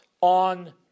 on